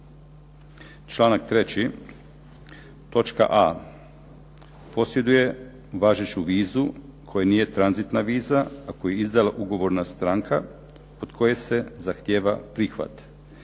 članak 3. točka a.: „posjeduje važeću vizu koja nije tranzitna viza a koju je izdala ugovorna stranka od koje se zahtijeva prihvat“.